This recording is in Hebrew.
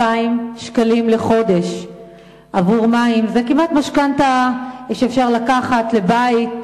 2,000 שקלים לחודש עבור מים זה כמעט משכנתה שאפשר לקחת על בית.